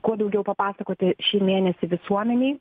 kuo daugiau papasakoti šį mėnesį visuomenei